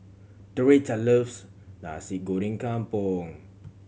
Doretta loves Nasi Goreng Kampung